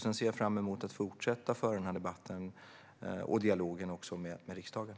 Jag ser fram emot att fortsätta att föra denna debatt och dialog med riksdagen.